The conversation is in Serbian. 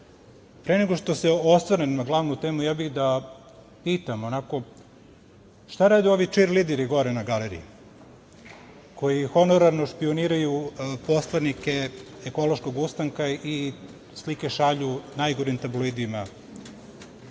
nego što se osvrnem na glavnu temu, ja bih da pitam onako šta rade ovi „čirlideri“ gore na galeriji, koji honorarno špijuniraju poslanike Ekološkog ustanka i slike šalju najgorim tabloidima?